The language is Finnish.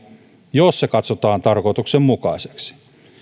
jos se katsotaan tarkoituksenmukaiseksi